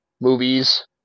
movies